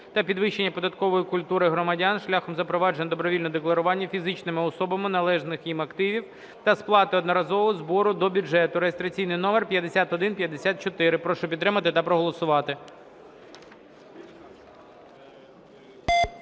та підвищення податкової культури громадян шляхом запровадження добровільного декларування фізичними особами належних їм активів та сплати одноразового збору до бюджету (реєстраційний номер 5154). Прошу підтримати та проголосувати.